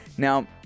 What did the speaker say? Now